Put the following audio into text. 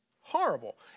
horrible